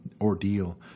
ordeal